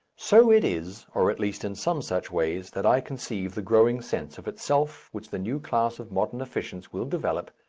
so it is, or at least in some such ways, that i conceive the growing sense of itself which the new class of modern efficients will develop,